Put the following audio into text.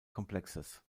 komplexes